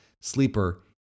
Sleeper